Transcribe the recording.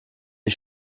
des